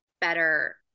better